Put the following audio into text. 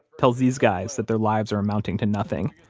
tells these guys that their lives are amounting to nothing,